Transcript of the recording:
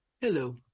Hello